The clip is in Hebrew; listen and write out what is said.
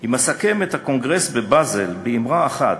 "אם אסכם את הקונגרס בבאזל באמרה אחת,